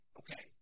okay